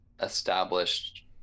established